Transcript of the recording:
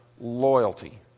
loyalty